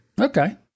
Okay